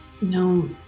No